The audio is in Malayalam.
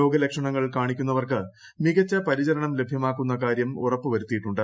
രോഗലക്ഷണങ്ങൾ കാണിക്കുന്നവർക്ക് മികച്ച പരിചരണം ലഭ്യമാക്കുന്ന കാര്യം ഉറപ്പു വരുത്തിയിട്ടുണ്ട്